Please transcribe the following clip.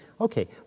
Okay